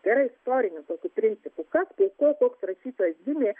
tai yra istoriniu tokiu principu kas po koks rašytojas gimė